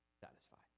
satisfied